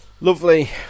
Lovely